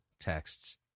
texts